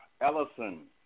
Ellison